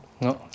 No